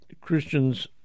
Christians